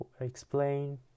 explain